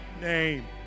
name